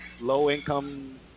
low-income